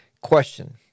question